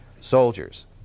soldiers